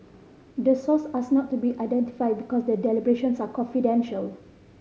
the source asked not to be identified because the deliberations are confidential